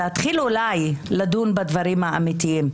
להתחיל אולי לדון בדברים האמיתיים,